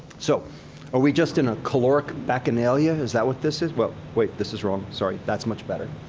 so, are we just in a caloric bacchanalia? is that what this is? well, wait. this is wrong. sorry. that's much better.